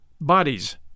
bodies